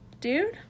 dude